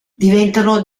diventano